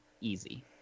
easy